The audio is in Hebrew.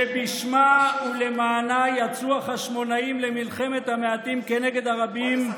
שבשמה ולמענה יצאו החשמונאים למלחמת המעטים כנגד הרבים,